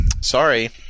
Sorry